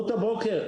הבוקר?